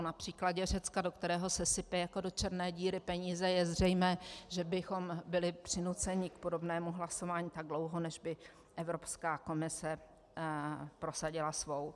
Na příkladě Řecka, do kterého se sypou jako do černé díry peníze, je zřejmé, že bychom byli přinuceni k podobnému hlasování tak dlouho, než by Evropská komise prosadila svou.